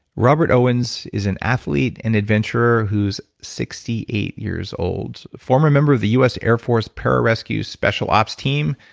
robert owens is an athlete and adventurer who's sixty eight years old, former member of the us air force pararescue special ops team,